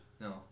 No